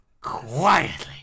Quietly